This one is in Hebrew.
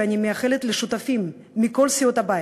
ואני מייחלת לשותפים מכל סיעות הבית,